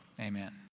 amen